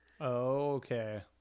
okay